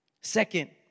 Second